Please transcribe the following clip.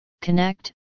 Connect